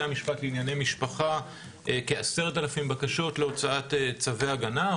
המשפט לענייני משפחה כ-10,000 בקשות להוצאת צווי הגנה,